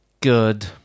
good